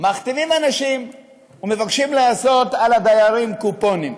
מחתימים אנשים ומבקשים לעשות על הדיירים קופונים.